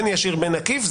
בין אם ישיר ובין אם עקיף,